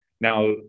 now